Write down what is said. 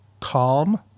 CALM